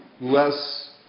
less